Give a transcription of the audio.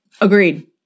Agreed